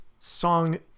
song